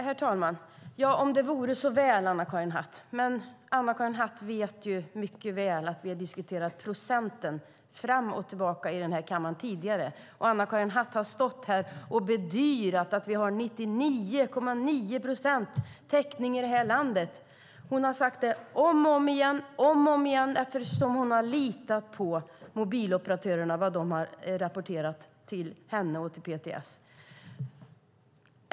Herr talman! Om det vore så väl, Anna-Karin Hatt. Men Anna-Karin Hatt vet mycket väl att vi har diskuterat procenten fram och tillbaka i kammaren tidigare, och Anna-Karin Hatt har bedyrat att det finns 99,9 procent täckning i landet. Hon har sagt det om och om igen eftersom hon har litat på vad mobiloperatörerna har rapporterat till henne och PTS.